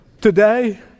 Today